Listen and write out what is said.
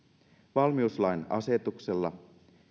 valmiuslain asetuksella